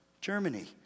Germany